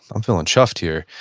i'm feeling chafed here.